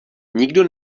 nikdo